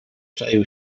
czaił